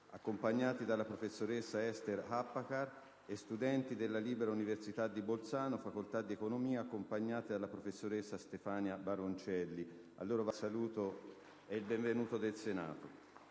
accompagnati dalla professoressa Esther Happacher, e studenti della Libera università di Bolzano, facoltà di economia, accompagnati dalla professoressa Stefania Baroncelli. A loro va il saluto e il benvenuto del Senato.